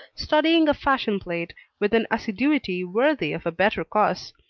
studying a fashion-plate with an assiduity worthy of a better cause.